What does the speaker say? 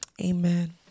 Amen